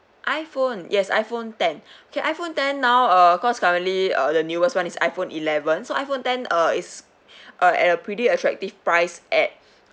iPhone yes iPhone ten okay iPhone ten now uh cause currently uh the newest [one] is iPhone eleven so iPhone ten uh it's at a pretty attractive price at